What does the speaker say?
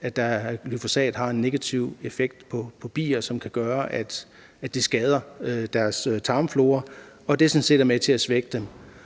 at glyfosat har en negativ effekt på bier, som kan gøre, at det skader deres tarmflora, og at det sådan set er med til at svække dem.